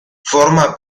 forma